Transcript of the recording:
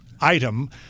item